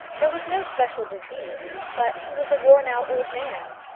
there was no special disease, but he was a worn-out old man.